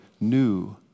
new